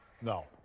No